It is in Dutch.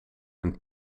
een